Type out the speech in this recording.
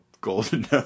golden